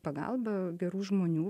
pagalba gerų žmonių